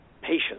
patience